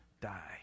die